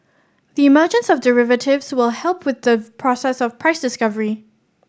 the emergence of derivatives will help with the process of price discovery